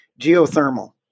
Geothermal